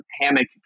hammock